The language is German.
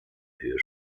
höhe